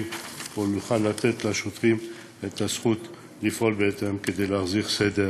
והוא יוכל לתת לשוטרים את הזכות לפעול בהתאם כדי להחזיר סדר